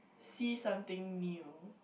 see something new